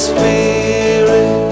Spirit